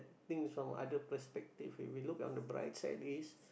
things from other perspective if we look on bright side is